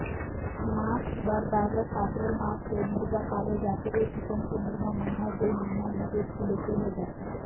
मांस बर broiler, cockerel नांव के मुरगा पाले जाथे ए किसम के मुरगा मन हर दूई महिना में एक किलो के होय जाथे